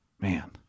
Man